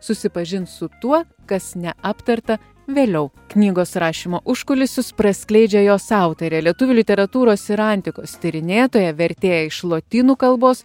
susipažins su tuo kas neaptarta vėliau knygos rašymo užkulisius praskleidžia jos autorė lietuvių literatūros ir antikos tyrinėtoja vertėja iš lotynų kalbos